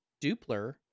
dupler